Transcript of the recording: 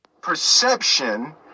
perception